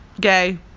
gay